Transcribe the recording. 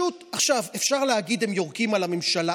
אפשר להגיד: הם יורקים על הממשלה.